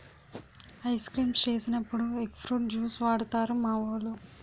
ice creams చేసినప్పుడు egg fruit juice వాడుతారు మావోలు